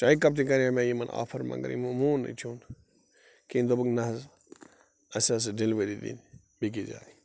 چایہِ کپ تہِ کَرییہِ مےٚ یِمن آفر مگر یِمو مون نہَ یہِ چوٚن کِہیٖنٛۍ دوٚپُکھ نہَ حظ اسہِ حظ چھِ ڈیٚلِؤری دِنۍ بیٚیِس جایہِ